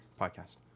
podcast